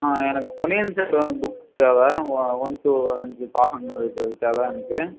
எனக்கு பொன்னியின் செல்வன் புக்கு தேவை ஒ ஒன் டு அஞ்சு பாகங்கள் இருக்கிறது தேவை எனக்கு